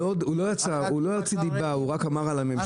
הוא לא הוציא דיבה, הוא רק אמר על הממשלה.